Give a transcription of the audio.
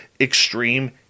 extreme